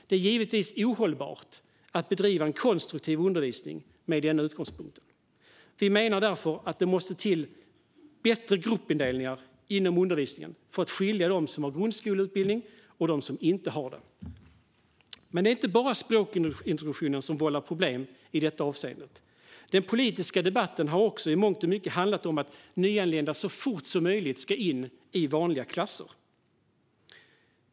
Det är givetvis ohållbart att bedriva konstruktiv undervisning med denna utgångspunkt. Vi menar därför att det måste till bättre gruppindelningar inom undervisningen för att skilja på dem som har grundskoleutbildning och dem som inte har det. Men det är inte bara språkintroduktionen som vållar problem i detta avseende. Den politiska debatten har också i mångt och mycket handlat om att nyanlända så fort som möjligt ska in i vanliga klasser.